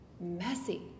messy